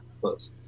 close